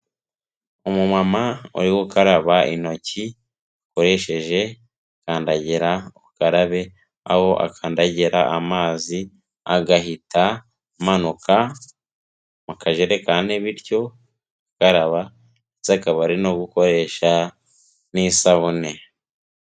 Umumama uri gukaraba intoki, akoresheje kandagira ukarabe, aho akandagira amazi agahita amanuka mu kajerekane bityo agakaraba ndetse akaba ari no gukoresha n'isabune.